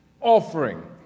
offering